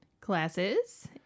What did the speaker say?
classes